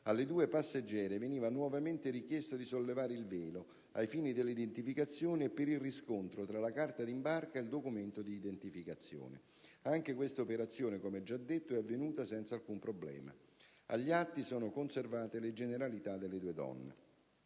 alle due passeggere veniva nuovamente richiesto di sollevare il velo, ai fini dell'identificazione e per il riscontro tra la carta di imbarco e il documento di identificazione. Anche quest'operazione, come già detto, è avvenuta senza alcun problema. Agli atti sono conservate le generalità delle due donne.